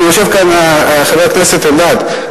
ויושב כאן חבר הכנסת אלדד,